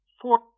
Four